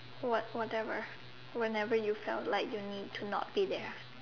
what~ whatever whenever you felt like you need to not be there